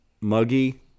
muggy